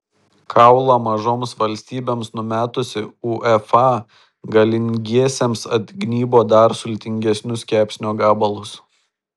kaulą mažoms valstybėms numetusi uefa galingiesiems atgnybo dar sultingesnius kepsnio gabalus